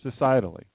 societally